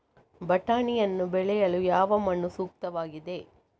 ಬಟಾಣಿಯನ್ನು ಬೆಳೆಯಲು ಯಾವ ಮಣ್ಣು ಸೂಕ್ತವಾಗಿದೆ?